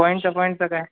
पॉईंटचा पॉईंटचा काय